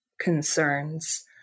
concerns